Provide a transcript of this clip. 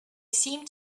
seem